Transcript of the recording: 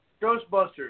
Ghostbusters